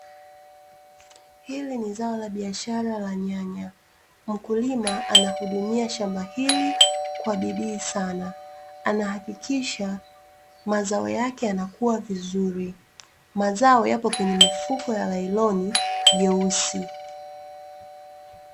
Hili ni zao la biashara la nyanya. Mkulima anahudumia shamba hili kwa bidii sana anahakikisha mazao yake yanakuwa vizuri mazao yako kwenye mifuko ya lailoni jeusi.